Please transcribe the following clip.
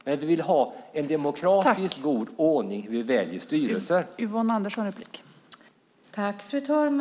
Däremot vill vi ha en demokratiskt god ordning för hur styrelser väljs.